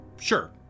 Sure